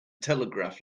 telegraph